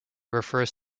refers